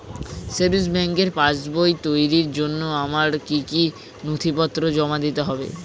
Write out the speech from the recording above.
Savings ব্যাংকের পাসবই তৈরির জন্য আমার কি কি নথিপত্র জমা দিতে হবে?